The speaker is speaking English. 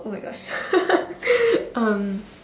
oh my gosh um